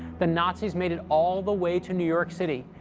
the nazis made it all the way to new york city,